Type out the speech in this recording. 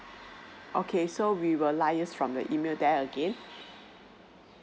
okay so we will liaise from the email there again